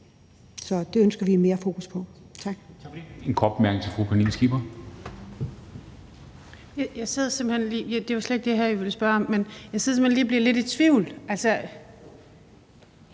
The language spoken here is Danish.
Så det ønsker vi mere fokus på. Tak.